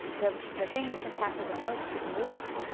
the the thing that's impacted the most is mood.